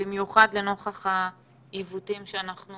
במיוחד לנוכח העיוותים שאנחנו